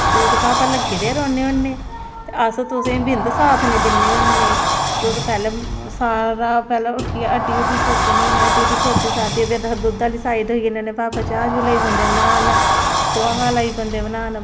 जिमीदार आना करदे रौंह्दे न ते बैंक आह्ले कदैं एह्कड़ी फारमल्टी फलानी नकल लेआओ जमीना दी फलानी गरदौरी लेआओ जी ऐंतकाल दी कापूी लेआओ जी अज्ज सारा कम्म डिज़टल होए दा